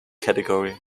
category